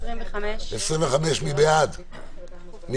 הסתייגות מס' 18. מי בעד ההסתייגות?